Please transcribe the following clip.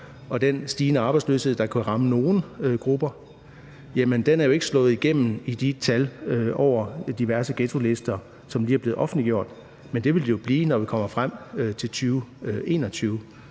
og stigende arbejdsløshed, der kan ramme nogle grupper, slår jo ikke igennem på de ghettolister, som lige er blevet offentliggjort, men det vil de jo gøre, når vi kommer frem til 2021.